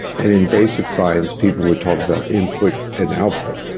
and in basic science, people would talk about input and output.